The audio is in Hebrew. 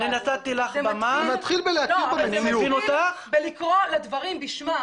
זה מתחיל לקרוא לדברים בשמם.